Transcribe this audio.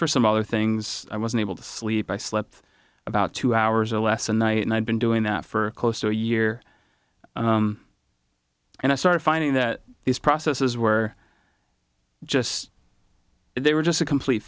for some other things i wasn't able to sleep i slept about two hours or less a night and i've been doing that for close to a year and i started finding that these processes were just they were just a complete